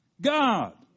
God